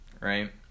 right